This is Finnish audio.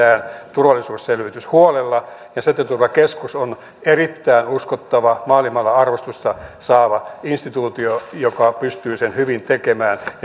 turvallisuusselvitys tehdään huolella ja säteilyturvakeskus on erittäin uskottava maailmalla arvostusta saava instituutio joka pystyy sen hyvin tekemään